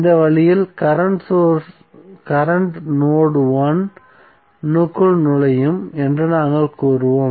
இந்த வழியில் current node 1 க்குள் நுழையும் என்று நாங்கள் கூறுவோம்